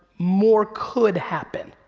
more could happen.